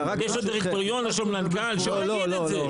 יש דירקטוריון, יש מנכ"ל, שהוא יגיד את זה,